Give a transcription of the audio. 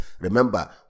Remember